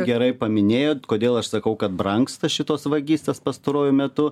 gerai paminėjot kodėl aš sakau kad brangsta šitos vagystės pastaruoju metu